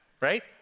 right